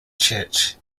church